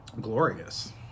glorious